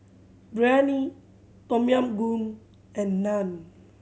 Biryani Tom Yam Goong and Naan